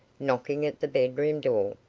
knocking at the bedroom door.